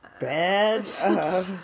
Bad